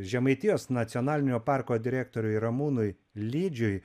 žemaitijos nacionalinio parko direktoriui ramūnui lydžiui